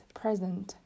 present